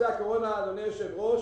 אדוני היושב-ראש,